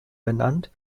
benannt